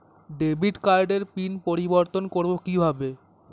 Debit কার্ডের pin পরিবর্তন করবো কীভাবে?